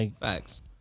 Facts